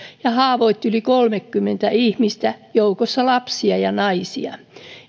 ja haavoitti yli kolmeakymmentä ihmistä joukossa lapsia ja naisia